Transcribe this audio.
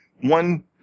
one